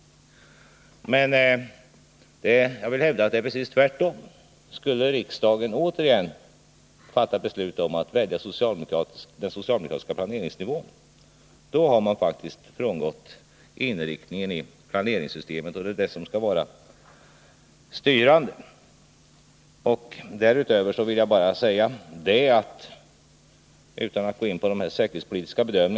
Men jag vill hävda att skulle riksdagen återigen fatta beslut om att välja den socialdemokratiska planeringsnivån, då har man faktiskt frångått inriktningen i planeringssyste met, och det är det som skall vara styrande. Jag skall inte gå in på den säkerhetspolitiska bedömningen.